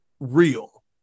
real